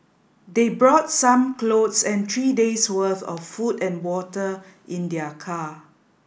they brought some clothes and three days' worth of food and water in their car